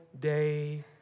day